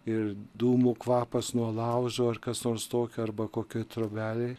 ir dūmų kvapas nuo laužo ar kas nors tokio arba kokioj trobelėj